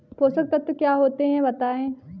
पोषक तत्व क्या होते हैं बताएँ?